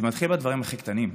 זה מתחיל בדברים הכי קטנים,